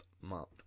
month